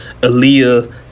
Aaliyah